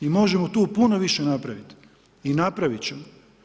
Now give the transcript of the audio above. I možemo tu puno više napraviti i napravit ćemo.